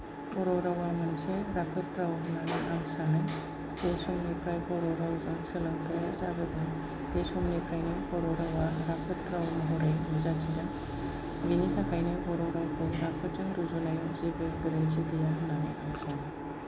बर' रावा मोनसे राफोद राव होननानै आं सानो जे समनिफ्राय बर' रावजों सोलोंथाया जाबोदों बे समनिफ्रायनो बर' रावा राफोद राव महरै नुजाथिदों बिनि थाखायनो बर' रावखौ राफोदजों रुजुनायाव जेबो गोरोन्थि गैया होननानै आं सानो